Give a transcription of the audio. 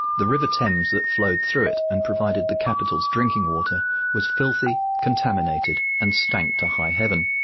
the river thames that flowed through it and provided the capital's drinking water was filthy, contaminated and stank to high heaven.